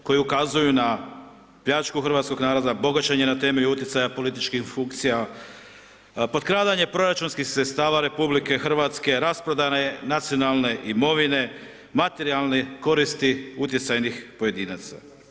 Pošteni ljudi koji ukazuju na pljačku hrvatskog naroda, bogaćenje na temelju utjecaja političkih funkcija, potkradanje proračunskih sredstva RH, rasprodane nacionalne imovine, materijalne koristi utjecajnih pojedinaca.